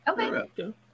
Okay